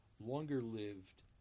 longer-lived